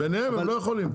ביניהם הם לא יכולים.